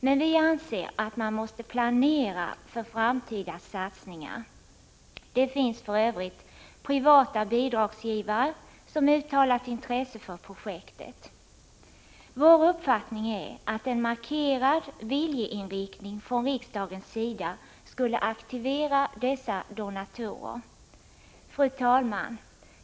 Men vi anser att man måste planera för framtida satsningar. Det finns för övrigt privata bidragsgivare som uttalat intresse för projektet. Vår uppfattning är att en markerad viljeinriktning från riksdagens sida skulle aktivera dessa donatorer. Herr talman!